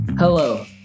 Hello